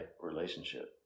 relationship